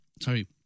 Sorry